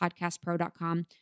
podcastpro.com